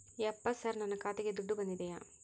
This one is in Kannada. ಯಪ್ಪ ಸರ್ ನನ್ನ ಖಾತೆಗೆ ದುಡ್ಡು ಬಂದಿದೆಯ?